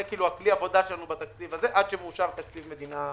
זה כלי העבודה שלנו בתקציב הזה עד שמאושר תקציב מדינה מלא.